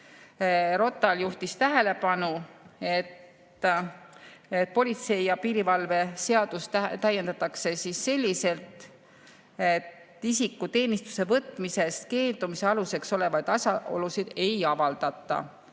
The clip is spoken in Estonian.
ROTAL juhtis tähelepanu, et politsei ja piirivalve seadust täiendatakse selliselt, et isiku teenistusse võtmisest keeldumise aluseks olevaid asjaolusid ei avaldata.